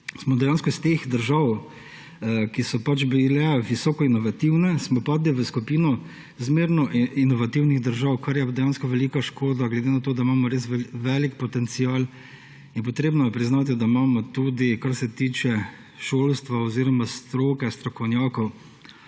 smo dejansko iz teh držav, ki so bile visoko inovativne, padli v skupino zmerno inovativnih držav, kar je dejansko velika škoda glede na to, da imamo res velik potencial. Potrebno je priznati, da imamo – tudi kar se tiče šolstva oziroma stroke, strokovnjakov